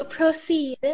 Proceed